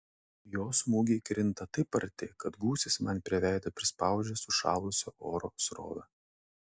jo smūgiai krinta taip arti kad gūsis man prie veido prispaudžia sušalusio oro srovę